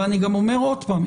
אבל אני גם אומר עוד פעם,